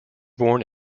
born